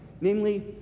namely